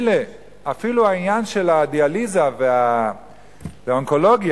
אפילו העניין של הדיאליזה והאונקולוגיה,